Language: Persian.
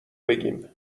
بگیم